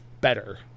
better